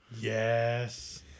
Yes